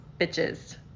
bitches